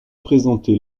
présenté